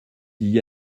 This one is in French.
d’y